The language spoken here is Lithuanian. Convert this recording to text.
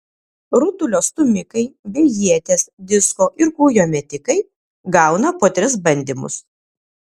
rutulio stūmikai bei ieties disko ir kūjo metikai gauna po tris bandymus